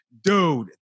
dude